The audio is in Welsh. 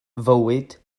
fywyd